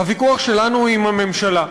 הוויכוח שלנו הוא עם הממשלה,